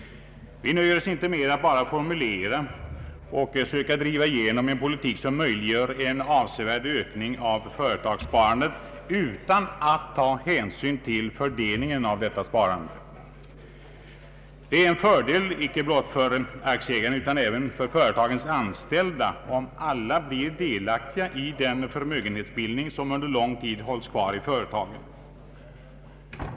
Vi nöjer oss inte med att bara formulera och söka driva igenom en politik som möjliggör en avsevärd ökning av företagssparandet utan vill också att hänsyn skall tas till fördelningen av detta sparande. Det är en fördel icke blott för aktieägarna utan även för företagens anställda om alla blir delaktiga i den förmögenhetsbildning som under lång tid hålls kvar i företagen.